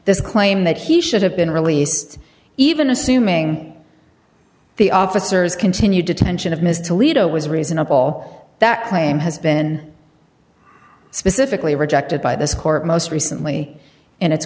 this claim that he should have been released even assuming the officers continued detention of ms toledo was reasonable that claim has been specifically rejected by this court most recently and it's